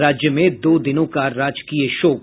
राज्य में दो दिनों का राजकीय शोक